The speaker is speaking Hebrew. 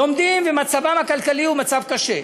לומדים ומצבם הכלכלי קשה.